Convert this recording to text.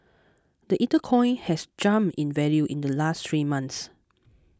the Ether coin has jumped in value in the last three months